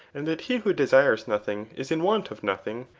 and that he who desires nothing is in want of nothing,